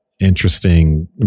interesting